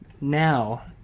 now